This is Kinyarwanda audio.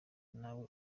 nawe